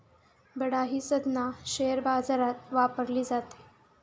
बडा ही संज्ञा शेअर बाजारात वापरली जाते